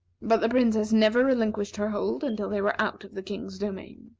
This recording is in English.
but the princess never relinquished her hold until they were out of the king's domain.